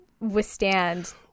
withstand